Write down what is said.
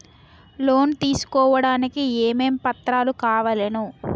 Loan తీసుకోడానికి ఏమేం పత్రాలు కావలెను?